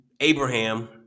Abraham